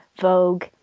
Vogue